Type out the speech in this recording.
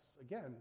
Again